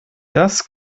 das